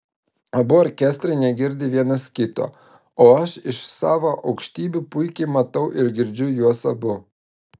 abu orkestrai negirdi vienas kito o aš iš savo aukštybių puikiai matau ir girdžiu juos abu